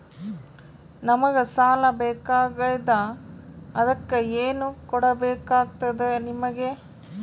ನಮಗ ಸಾಲ ಬೇಕಾಗ್ಯದ ಅದಕ್ಕ ಏನು ಕೊಡಬೇಕಾಗ್ತದ ನಿಮಗೆ?